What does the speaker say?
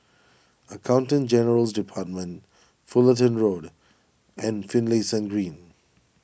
Accountant General's Department Fullerton Road and Finlayson Green